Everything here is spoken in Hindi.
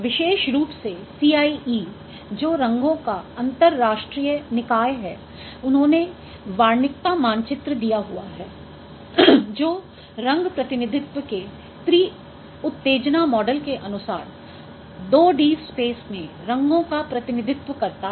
विशेष रूप से CIE जो रंगों का अंतर्राष्ट्रीय निकाय है उन्होंने वार्णिकता मानचित्र दिया हुआ है जो रंग प्रतिनिधित्व के त्रि उत्तेजना मॉडल के अनुसार 2 D स्पेस में रंगों का प्रतिनिधित्व करता है